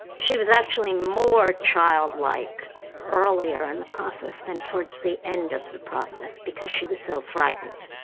she was actually more childlike earlier in the process than towards the end of the process because she was so frightened.